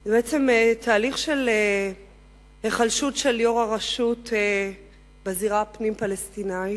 זה בעצם תהליך של היחלשות יושב-ראש הרשות בזירה הפנים-פלסטינית,